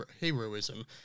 heroism